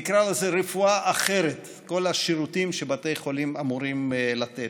נקרא לזה "רפואה אחרת" כל השירותים שבתי חולים אמורים לתת.